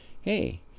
hey